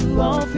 la